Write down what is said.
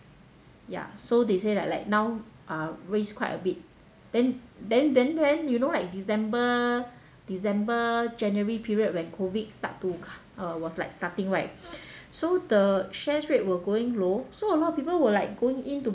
ya so they say like like now uh raised quite a bit then then then then you know like december december january period when COVID start to uh was like starting right so the shares rate were going low so a lot of people were like going in to